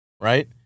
right